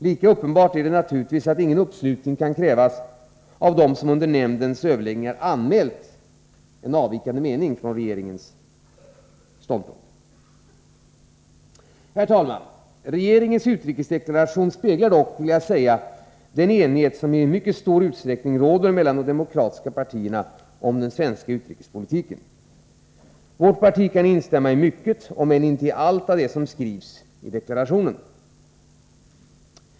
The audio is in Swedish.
Lika uppenbart är det naturligtvis att ingen uppslutning kan krävas av dem som under nämndens överläggningar anmält en från regeringens ståndpunkt avvikande mening. Herr talman! Regeringens utrikesdeklaration speglar dock den enighet som i mycket stor utsträckning råder mellan de demokratiska partierna om den svenska utrikespolitiken. Vårt parti kan instämma i mycket, om än inte i allt, som framhålls i deklarationen.